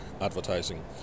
advertising